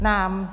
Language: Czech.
Nám.